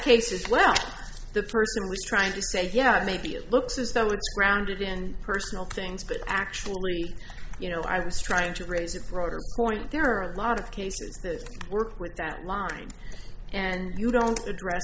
case as well the person was trying to say yeah maybe it looks as though it's grounded in personal things but actually you know i was trying to raise a broader point there are a lot of cases that work with that line and you don't address